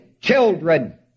children